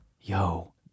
yo